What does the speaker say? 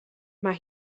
mae